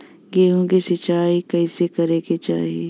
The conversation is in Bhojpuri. गेहूँ के सिंचाई कइसे करे के चाही?